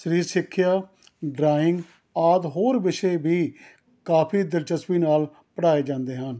ਸਰੀਰਕ ਸਿੱਖਿਆ ਡਰਾਇੰਗ ਆਦਿ ਹੋਰ ਵਿਸ਼ੇ ਵੀ ਕਾਫੀ ਦਿਲਚਸਪੀ ਨਾਲ ਪੜ੍ਹਾਏ ਜਾਂਦੇ ਹਨ